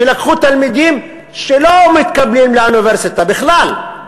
שלקחו תלמידים שלא מתקבלים לאוניברסיטה בכלל,